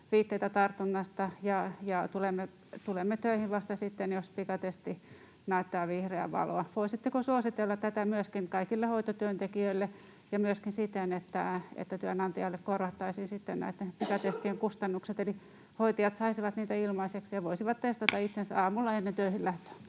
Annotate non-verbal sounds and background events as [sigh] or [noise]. viitteitä tartunnasta, ja tulemme töihin vasta sitten, jos pikatesti näyttää vihreää valoa. Voisitteko suositella tätä myöskin kaikille hoitotyöntekijöille ja myöskin siten, että työnantajalle korvattaisiin sitten näitten pikatestien kustannukset? Eli hoitajat saisivat niitä ilmaiseksi ja voisivat testata itsensä [noise] aamulla ennen töihin lähtöä.